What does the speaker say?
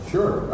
Sure